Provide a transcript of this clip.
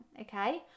okay